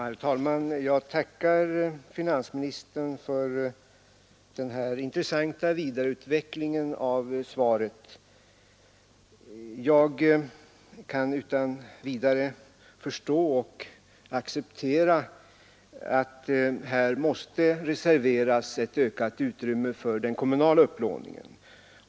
Herr talman! Jag tackar finansministern för den intressanta vidareutvecklingen av svaret. Jag kan utan vidare förstå och acceptera att här måste reserveras ett ökat utrymme för den kommunala upplåningen.